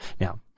Now